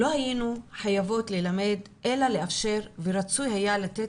לא היינו חייבות ללמד אלא לאפשר ורצוי היה לתת